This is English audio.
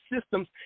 systems